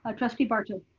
ah trustee barto.